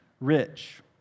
rich